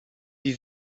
die